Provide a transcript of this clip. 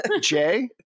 Jay